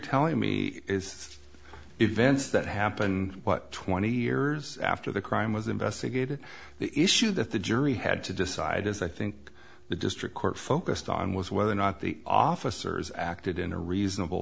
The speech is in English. telling me is events that happen but twenty years after the crime was investigated the issue that the jury had to decide as i think the district court focused on was whether or not the officers acted in a reasonable